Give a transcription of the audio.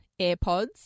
AirPods